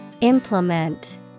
Implement